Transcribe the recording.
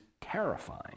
terrifying